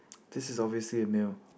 this is obviously a male